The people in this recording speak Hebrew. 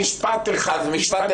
נכון.